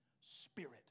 spirit